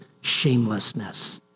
shamelessness